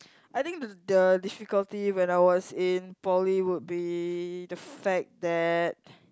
I think the the difficulty when I was in Poly would be the fact that